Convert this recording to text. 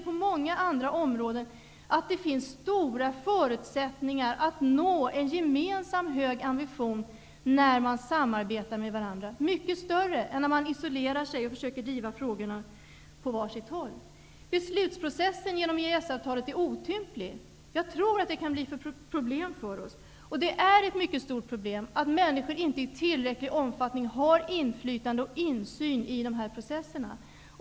På många andra områden kan vi se att det finns stora förutsättningar att nå en gemensam hög ambition när man samarbetar med varandra, mycket större än om man isolerar sig och försöker driva frågorna på var sitt håll. Beslutsprocessen genom EES-avtalet är otymplig. Jag tror att det kan bli ett problem för oss. Det är ett mycket stort problem att människor inte i tillräcklig omfattning har inflytande och insyn i dessa processer.